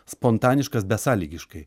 spontaniškas besąlygiškai